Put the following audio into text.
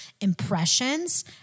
impressions